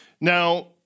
Now